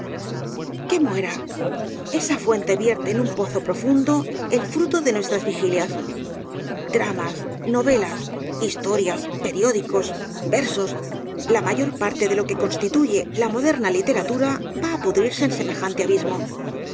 que muera esa fuente vierte en un pozo profundo el fruto de nuestras vigilias dramas novelas el caballero de las botas azules historias periódicos versos la mayor parte de lo que constituye la moderna literatura va á pudrirse en semejante abismo